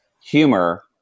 humor